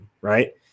right